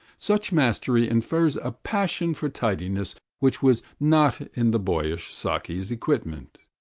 such mastery infers a passion for tidiness which was not in the boyish saki's equipment.